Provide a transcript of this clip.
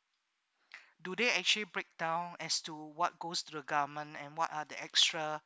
do they actually breakdown as to what goes to the government and what are the extra